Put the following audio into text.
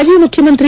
ಮಾಜಿ ಮುಖ್ಯಮಂತ್ರಿ